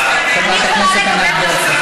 חברת הכנסת ענת ברקו.